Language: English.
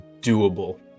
doable